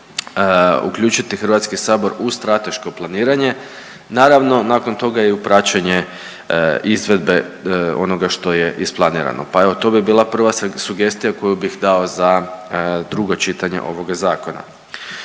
uključiti Hrvatski sabor u strateško planiranje. Naravno nakon toga i u praćenje izvedbe onoga što je isplanirano. Pa evo to bi bila prva sugestija koju bih dao za drugo čitanje ovoga zakona.